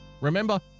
remember